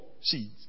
seeds